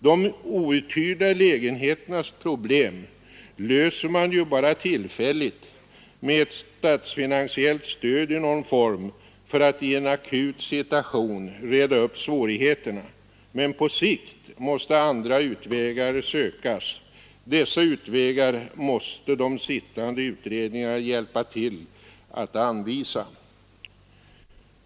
De outhyrda lägenheternas problem löser man ju bara tillfälligt med ett statsfinansiellt stöd i någon form för att i en akut situation reda upp svårigheterna, men på sikt måste andra utvägar sökas. Dessa utvägar måste de sittande utredningarna hjälpa till att anvisa.